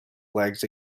legs